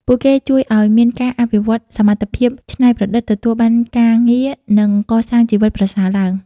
ពួកគេជួយឱ្យមានការអភិវឌ្ឍសមត្ថភាពច្នៃប្រឌិត ទទួលបានការងារ និងកសាងជីវិតប្រសើរឡើង ។